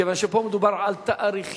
כיוון שפה מדובר על תאריכים,